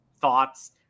thoughts